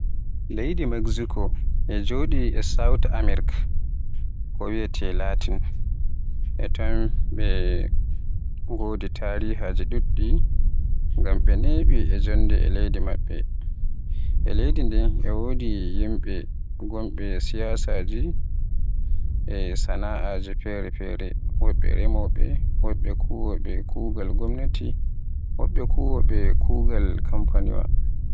Leydi Mexico e Joɗi e South Amirk ko wiyeete Latin, e ton ɓe ngodi tarihaaji ɗuɗɗi, ngam ɓe nemi e jonde e leydi maɓɓe. E leydi ndin e wodi yimɓe ngonbe siyasaaji e sanaaje fere-fere, woɓɓe remowoɓe, woɓɓe kuwoɓe kuugal gomnati, woɓɓe bo kuwoɓe kuugal kanfaniwa.